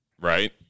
Right